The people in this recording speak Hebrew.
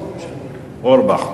אורבך,